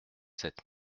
sept